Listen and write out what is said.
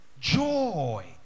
joy